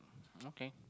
okay